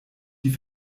die